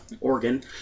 Oregon